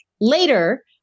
later